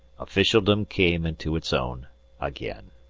officialdom came into its own again.